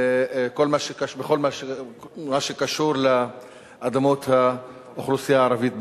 בכל מה שקשור לאדמות האוכלוסייה הערבית בנגב.